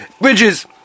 bridges